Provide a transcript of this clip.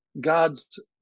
God's